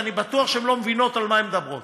ואני בטוח שהן לא מבינות על מה הן מדברות,